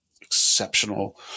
exceptional